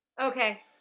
Okay